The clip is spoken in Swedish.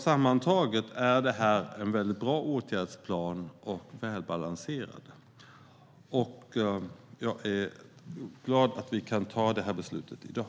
Sammantaget är detta en väldigt bra och välbalanserad åtgärdsplan. Jag är glad över att vi kan ta det här beslutet i dag.